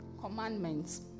Commandments